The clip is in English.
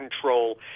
control